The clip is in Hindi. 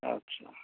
अच्छा